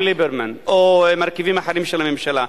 עם ליברמן או עם מרכיבים אחרים של הממשלה.